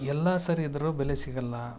ಎಲ್ಲಾ ಸರಿ ಇದ್ದರೂ ಬೆಲೆ ಸಿಗೋಲ್ಲ